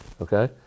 Okay